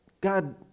God